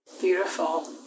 Beautiful